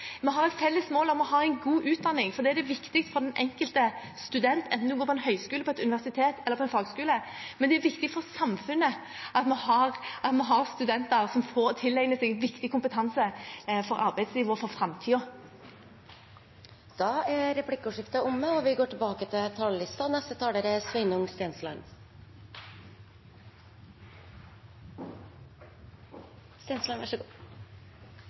vi har et felles mål. Vi har et felles mål om å ha en god utdanning, for det er det viktigste for den enkelte student, enten en går på en høyskole, et universitet eller en fagskole. Men det er viktig for samfunnet at vi har studenter som får tilegne seg viktig kompetanse for arbeidslivet og for framtiden. Replikkordskiftet er dermed omme. Høyre vil skape pasientens helsetjeneste, og vi er godt i gang. Stadig flere pasienter blir behandlet, færre står i helsekø, og ventetidene er